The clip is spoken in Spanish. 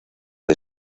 the